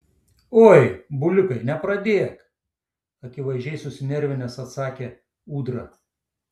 oi bulikai nepradėk akivaizdžiai susinervinęs atsakė ūdra